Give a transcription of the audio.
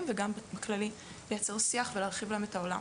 וגם בכללי לייצר שיח ולהרחיב להם את העולם.